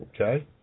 Okay